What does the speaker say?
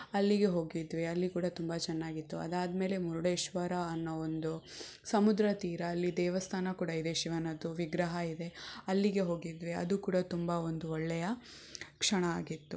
ಅಲ್ಲಿಗೆ ಹೋಗಿದ್ವಿ ಅಲ್ಲಿ ಕೂಡ ತುಂಬ ಚೆನ್ನಾಗಿತ್ತು ಅದಾದ ಮೇಲೆ ಮುರುಡೇಶ್ವರ ಅನ್ನೋ ಒಂದು ಸಮುದ್ರ ತೀರ ಅಲ್ಲಿ ದೇವಸ್ಥಾನ ಕೂಡ ಇದೆ ಶಿವನದ್ದು ವಿಗ್ರಹ ಇದೆ ಅಲ್ಲಿಗೆ ಹೋಗಿದ್ವಿ ಅದು ಕೂಡ ತುಂಬ ಒಂದು ಒಳ್ಳೆಯ ಕ್ಷಣ ಆಗಿತ್ತು